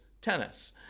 tennis